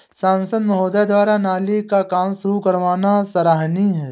सांसद महोदय द्वारा नाली का काम शुरू करवाना सराहनीय है